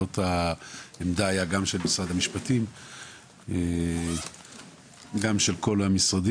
זו הייתה העמדה גם של משרד מהמשפטים וגם של כל המשרדים.